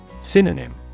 Synonym